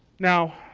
now,